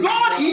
God